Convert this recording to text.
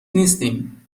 نیستیم